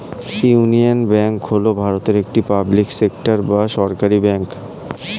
union Bank হল ভারতের একটি পাবলিক সেক্টর বা সরকারি ব্যাঙ্ক